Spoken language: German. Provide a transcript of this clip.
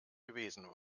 gewesen